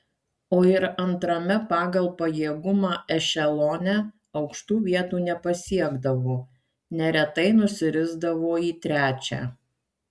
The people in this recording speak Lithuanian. o ir antrame pagal pajėgumą ešelone aukštų vietų nepasiekdavo neretai nusirisdavo į trečią